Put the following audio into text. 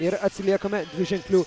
ir atsiliekame dviženkliu